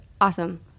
awesome